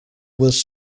was